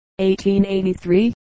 1883